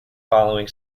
following